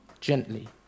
gently